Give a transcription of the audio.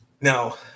now